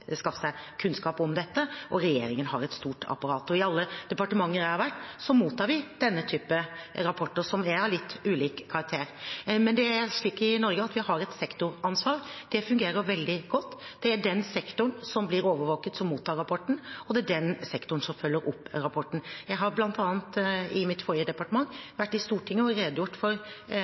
skaffe seg kunnskap om dette, og regjeringen har et stort apparat. I alle departementer der jeg har vært, mottar vi denne typen rapporter, som er av litt ulik karakter. I Norge er det er slik at vi har et sektoransvar. Det fungerer veldig godt. Det er den sektoren som blir overvåket, som mottar rapporten, og det er den sektoren som følger opp rapporten. Jeg har bl.a. i mitt forrige departement vært i Stortinget og redegjort for